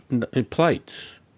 plates